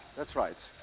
that's right.